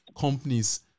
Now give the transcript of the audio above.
companies